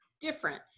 Different